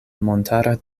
montara